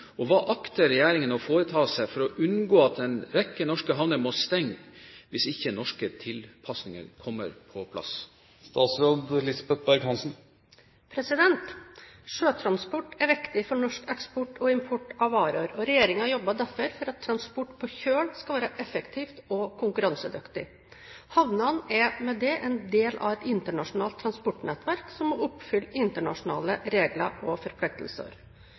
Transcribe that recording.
og hva akter regjeringen å foreta seg for å unngå at en rekke norske havner må stenge hvis ikke norske tilpasninger kommer på plass?» Sjøtransport er viktig for norsk eksport og import av varer, og regjeringen jobber derfor for at transport på kjøl skal være effektiv og konkurransedyktig. Havnene er med dette en del av et internasjonalt transportnettverk som må oppfylle internasjonale regler og forpliktelser.